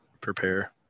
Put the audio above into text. prepare